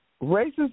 Races